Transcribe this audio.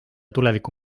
tuleviku